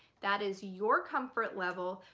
that is your comfort level,